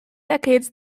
decades